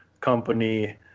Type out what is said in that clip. company